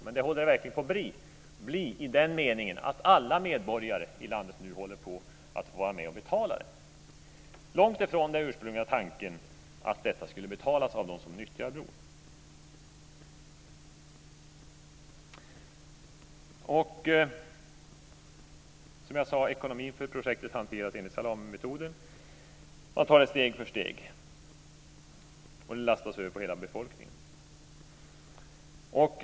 Men det håller det verkligen på att bli i den meningen att alla medborgare i landet nu håller på att få vara med och betala den. Det är långt ifrån den ursprungliga tanken, att detta skulle betalas av dem som nyttjar bron. Som jag sade hanteras ekonomin för projektet enligt salamimetoden. Man tar det steg för steg och lastar över på hela befolkningen.